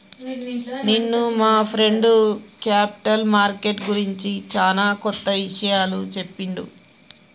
నిన్న మా friend capital market గురించి చానా కొత్త ఇషయాలు చెప్పిండు